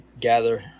gather